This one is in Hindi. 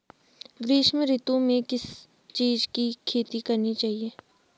ग्रीष्म ऋतु में किस चीज़ की खेती करनी चाहिये?